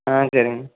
ஆ சரிங்கண்ணா